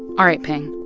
all right, pien,